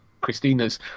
Christina's